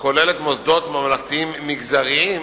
כולל מוסדות ממלכתיים "מגזריים",